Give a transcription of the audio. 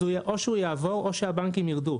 אז או שהוא יעבור או שהבנקים יירדו.